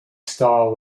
style